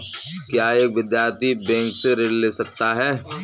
क्या एक विद्यार्थी बैंक से ऋण ले सकता है?